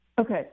Okay